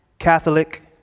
catholic